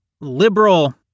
liberal